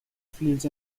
fields